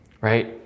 Right